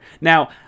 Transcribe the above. Now